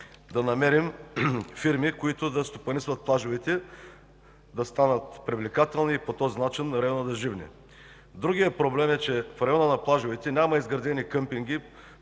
да намерим фирми, които да стопанисват плажовете, така че последните да станат привлекателни и по този начин районът да живне. Другият проблем е, че в района на плажовете няма изградени къмпинги